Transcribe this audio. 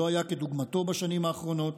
שלא היה כדוגמתו בשנים האחרונות,